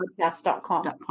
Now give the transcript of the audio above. podcast.com